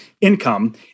income